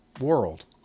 world